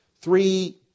three